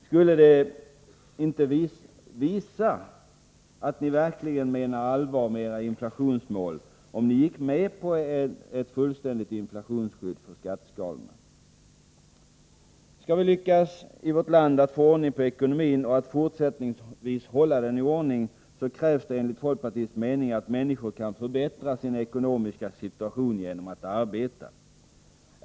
Skulle det inte visa att ni verkligen menar allvar med era inflationsmål om ni gick med på ett fullständigt inflationsskydd för skatteskalorna? Skall vi i vårt land lyckas att få ordning på ekonomin och att fortsättningsvis hålla den i ordning, krävs det enligt folkpartiets mening att människor kan förbättra sin ekonomiska situation genom att arbeta.